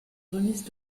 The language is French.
remise